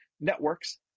networks